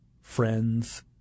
friends